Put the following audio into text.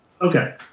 Okay